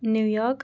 New York